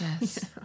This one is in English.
Yes